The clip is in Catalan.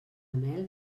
mel